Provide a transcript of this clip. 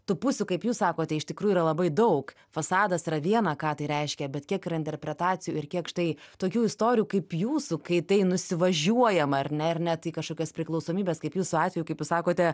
tų pusių kaip jūs sakote iš tikrųjų yra labai daug fasadas yra viena ką tai reiškia bet kiek yra interpretacijų ir kiek štai tokių istorijų kaip jūsų kai tai nusivažiuojama ar ne ir net į kažkokias priklausomybes kaip jūsų atveju kaip jūs sakote